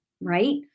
Right